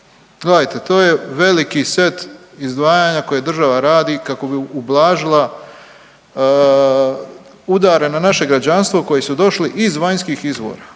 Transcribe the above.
gledajte to je veliki set izdvajanja koje država radi kako bi ublažila udare na naše građanstvo koji su došli iz vanjskih izvora,